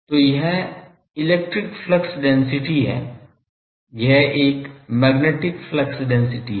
तो यह electric flux density है यह एक मैग्नेटिक फ्लक्स डेंसिटी है